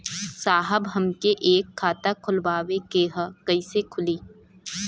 साहब हमके एक खाता खोलवावे के ह कईसे खुली?